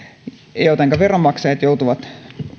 jotenka veronmaksajat joutuvat